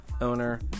owner